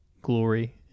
glory